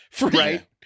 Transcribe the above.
right